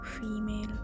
female